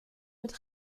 mit